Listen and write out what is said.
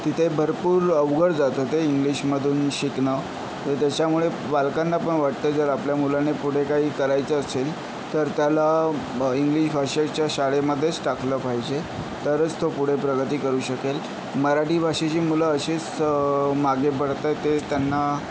तिथे भरपूर अवघड जातं ते इंग्लिशमधून शिकणं तर त्याच्यामुळे पालकांना पण वाटतं जर आपल्या मुलाने पुढे काही करायचं असेल तर त्याला इंग्लिश भाषेच्या शाळेमध्येच टाकलं पाहिजे तरच तो पुढे प्रगती करू शकेल मराठी भाषेची मुलं असेच मागे पडत आहे ते त्यांना